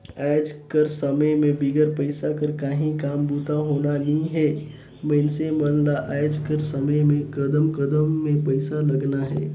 आएज कर समे में बिगर पइसा कर काहीं काम बूता होना नी हे मइनसे मन ल आएज कर समे में कदम कदम में पइसा लगना हे